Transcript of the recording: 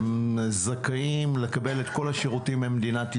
הם זכאים לקבל את כל השירותים ממדינת ישראל,